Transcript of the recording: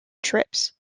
trips